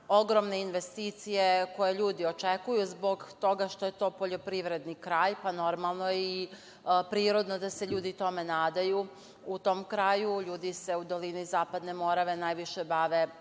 ogromne investicije koje ljudi očekuju zbog toga što je to poljoprivredni kraj, pa je normalno i prirodno da se ljudi tome nadaju u tom kraju, ljudi se u dolini Zapadne Morave najviše bave